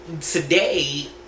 today